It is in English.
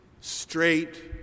straight